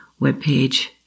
webpage